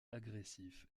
agressif